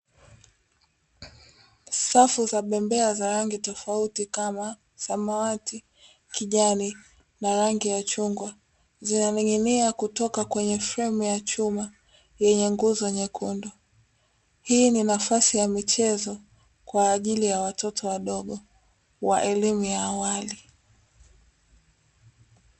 Safu za bembea za rangi tofauti kama: samawati, kijani na chungwa, zinaning'inia kutoka fremu za chuma yenye nguzo nyekundu. Hii ni nafasi ya michezo kwa ajili ya watoto wadogo wa elimu ya awali.